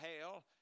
hell